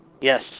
Yes